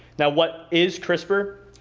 now what is crispr?